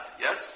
Yes